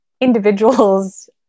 individuals